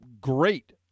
great